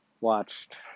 watched